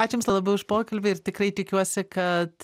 aš jums labai už pokalbį ir tikrai tikiuosi kad